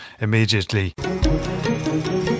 immediately